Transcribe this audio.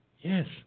Yes